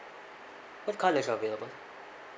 what colours are available